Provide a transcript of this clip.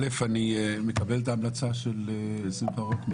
אני מקבל את ההמלצה של שמחה רוטמן